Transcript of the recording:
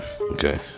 Okay